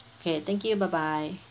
okay thank you bye bye